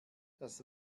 das